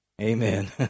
amen